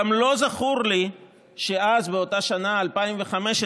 גם לא זכור לי שאז, באותה שנה 2015,